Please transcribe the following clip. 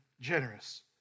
generous